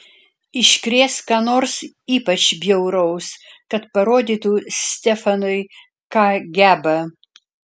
iškrės ką nors ypač bjauraus kad parodytų stefanui ką geba